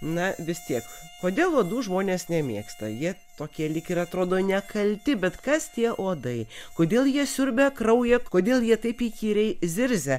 na vis tiek kodėl uodų žmonės nemėgsta jie tokie lyg ir atrodo nekalti bet kas tie uodai kodėl jie siurbia kraują kodėl jie taip įkyriai zirzia